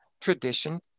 tradition